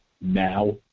now